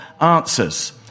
answers